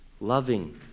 loving